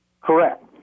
Correct